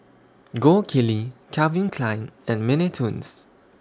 Gold Kili Calvin Klein and Mini Toons